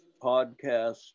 podcast